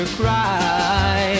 cry